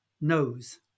knows